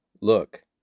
Look